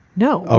no. ah